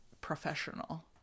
professional